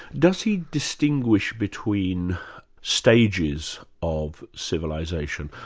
does he distinguish between stages of civilisation?